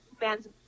man's